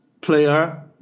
player